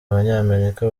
abanyamerika